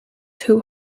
too